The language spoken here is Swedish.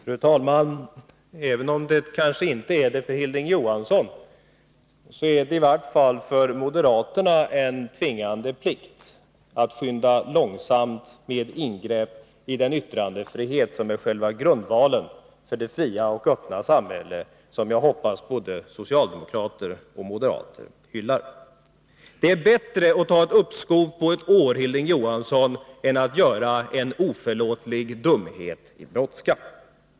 Fru talman! Även om det kanske inte är det för Hilding Johansson, är det i vart fall för moderaterna en tvingande plikt att skynda långsamt med ingrepp i den yttrandefrihet som är själva grundvalen för det fria och öppna samhälle som jag hoppas att både socialdemokrater och moderater hyllar. Det är bättre att ta ett uppskov på ett år, Hilding Johansson, än att göra en oförlåtlig dumhet i brådska.